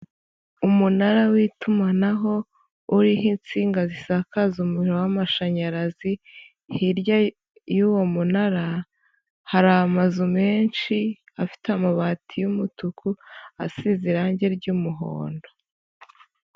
Umunara w'itumanaho uriho insinga zisakaza umuriro w'amashanyarazi, hirya y'uwo munara hari amazu menshi afite amabati y'umutuku asize irange ry'umuhondo.